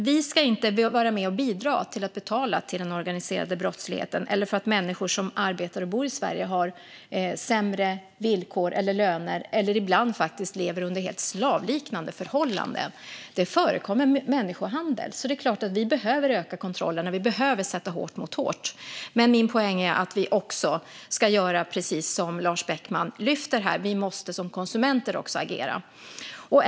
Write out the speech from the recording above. Vi ska inte vara med och bidra till att betala till den organiserade brottsligheten eller till att människor som arbetar och bor i Sverige har sämre villkor och löner eller ibland faktiskt lever under helt slavliknande förhållanden. Det förekommer människohandel, så det är klart att vi behöver öka kontrollerna och sätta hårt mot hårt. Men min poäng är att vi också ska göra precis som Lars Beckman säger här: Vi måste också som konsumenter agera.